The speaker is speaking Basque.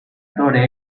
aktore